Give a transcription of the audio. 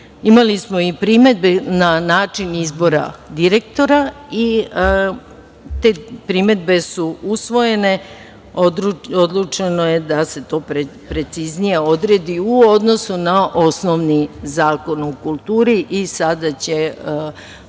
smo i primedbe na način izbora direktora. Te primedbe su usvojene, odlučeno je da se to preciznije odredi u odnosu na osnovni Zakon o kulturi. Sada će